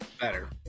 Better